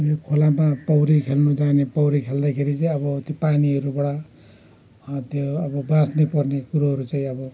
यो खोलामा पौडी खेल्नु जाने पौडी खेल्दाखेरि चाहिँ अब त्यो पानीहरूबाट त्यो अब बाँच्नुपर्ने कुरोहरू चाहिँ अब